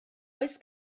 oes